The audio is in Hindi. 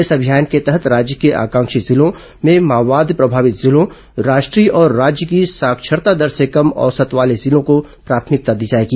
इस अभियान के तहत राज्य के आकांक्षी जिलों माओवाद प्रभावित जिलों राष्ट्रीय और राज्य की साक्षरता दर से कम औसत वाले जिलों को प्राथमिकता दी जाएगी